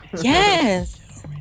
Yes